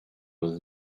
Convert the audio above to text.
with